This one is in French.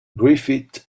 griffith